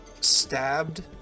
stabbed